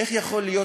איך יכול להיות,